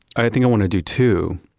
i think i want to do two,